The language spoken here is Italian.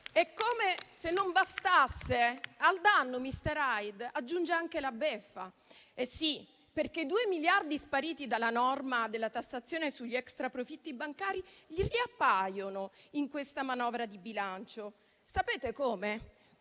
Come se non bastasse, al danno mister Hyde aggiunge anche la beffa. I due miliardi spariti dalla norma sulla tassazione degli extra profitti bancari riappaiono in questa manovra di bilancio. Sapete come?